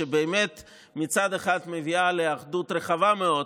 שבאמת מצד אחד מביאה לאחדות רחבה מאוד